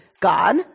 God